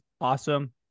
awesome